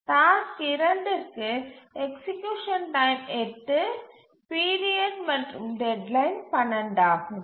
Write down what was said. task 2 க்கு execution time 8 period மற்றும் deadline 12 ஆகும்